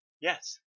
Yes